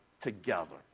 together